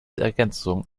ergänzung